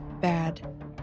bad